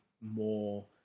more